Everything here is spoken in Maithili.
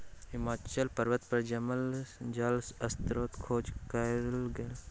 हिमालय पर्वत पर जमल जल स्त्रोतक खोज कयल गेल